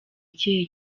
ikihe